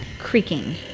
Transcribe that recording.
Creaking